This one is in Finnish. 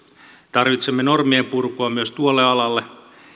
tarvitsemme normien purkua myös tuolle alalle